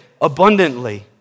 abundantly